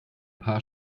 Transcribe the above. paar